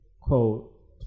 quote